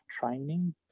training